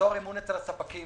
ליצור אמון אצל הספקים.